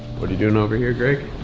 what are you doing over here, greg?